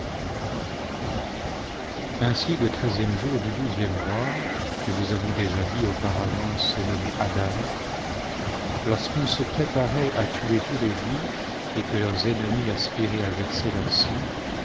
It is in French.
ainsi le treizième jour du douzième mois que nous avons déjà dit auparavant se nommer adar lorsqu'on se préparait à tuer tous les juifs et que leurs ennemis aspiraient verser leur sang